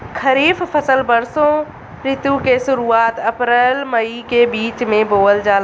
खरीफ फसल वषोॅ ऋतु के शुरुआत, अपृल मई के बीच में बोवल जाला